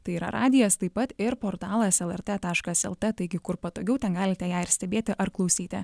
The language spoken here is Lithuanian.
tai yra radijas taip pat ir portalas lrt taškas lt taigi kur patogiau ten galite ją ir stebėti ar klausyti